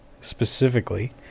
specifically –